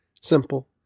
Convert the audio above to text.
simple